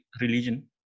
religion